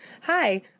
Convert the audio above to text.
Hi